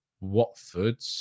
Watford